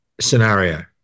scenario